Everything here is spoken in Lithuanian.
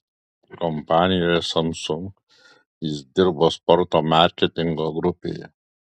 kompanijoje samsung jis dirbo sporto marketingo grupėje